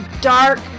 dark